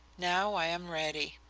now i am ready.